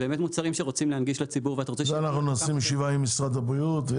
מוצרים שרוצים להנגיש לציבור --- על זה נעשה ישיבה עם משרד הבריאות.